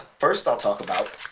first i'll talk about